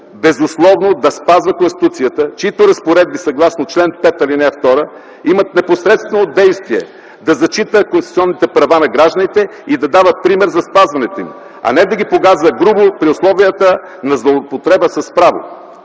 безусловно да спазва Конституцията, чиито разпоредби съгласно чл. 5, ал. 2 имат непосредствено действие, да зачита конституционните права на гражданите и да дава пример за спазването им, а не да ги погазва грубо при условията на злоупотреба с право.